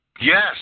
Yes